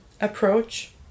approach